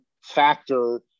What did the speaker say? factor